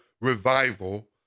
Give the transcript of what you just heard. revival